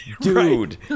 dude